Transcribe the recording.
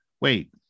wait